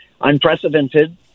unprecedented